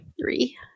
three